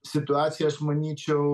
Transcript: situacija aš manyčiau